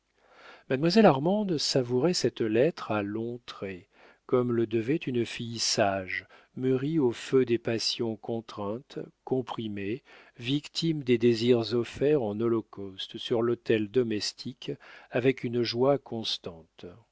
mademoiselle armande savourait cette lettre à longs traits comme le devait une fille sage mûrie au feu des passions contraintes comprimées victime des désirs offerts en holocauste sur l'autel domestique avec une joie constante